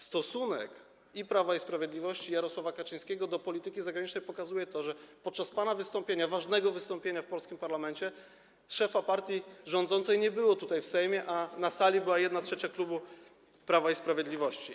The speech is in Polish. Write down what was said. Stosunek Prawa i Sprawiedliwości i Jarosława Kaczyńskiego do polityki zagranicznej pokazuje to, że podczas pana wystąpienia, ważnego wystąpienia w polskim parlamencie, szefa partii rządzącej nie było, a na sali była 1/3 klubu Prawo i Sprawiedliwość.